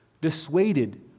dissuaded